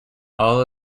all